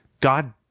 God